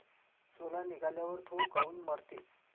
सोला निघाल्यावर थो काऊन मरते?